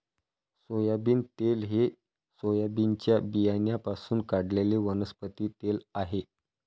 soybean तेल हे सोयाबीनच्या बियाण्यांपासून काढलेले वनस्पती तेल आहे